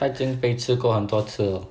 他已经被刺过很多次了